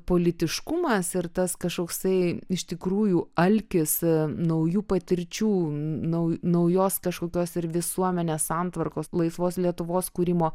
politiškumas ir tas kažkoksai iš tikrųjų alkis naujų patirčių nau naujos kažkokios ir visuomenės santvarkos laisvos lietuvos kūrimo